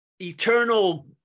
eternal